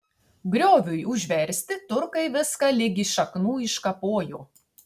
grioviui užversti turkai viską ligi šaknų iškapojo